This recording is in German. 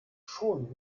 schon